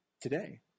today